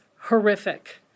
horrific